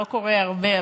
לא קורה הרבה,